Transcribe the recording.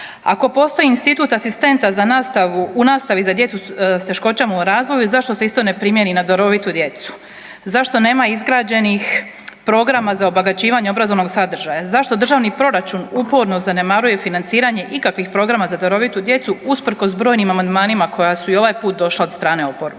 Ako postoji institut asistenta u nastavi za djecu s teškoćama u razvoju zašto se isto ne primijeni na darovitu djecu, zašto nema izgrađenih programa za obogaćivanje obrazovnog sadržaja? Zašto državni proračun uporno zanemaruje financiranje ikakvih programa za darovitu djecu usprkos brojnim amandmanima koja su i ovaj put došla od strane oporbe?